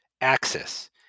axis